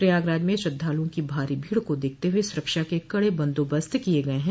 प्रयागराज में श्रद्धालुओं की भारी भीड़ को देखते हुए सुरक्षा के कड़े बंदोबस्त किये गये हैं